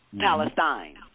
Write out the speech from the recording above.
Palestine